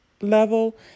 level